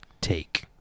take